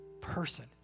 person